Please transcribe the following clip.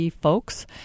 folks